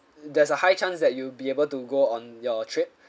there's a high chance that you'll be able to go on your trip